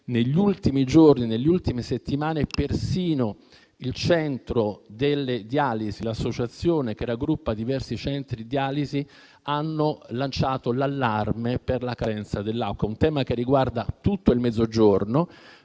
negli ultimi giorni, nelle ultime settimane, persino l'associazione che raggruppa diversi centri di dialisi ha lanciato l'allarme per la carenza dell'acqua. È un tema che riguarda tutto il Mezzogiorno,